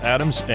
Adams